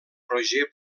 roger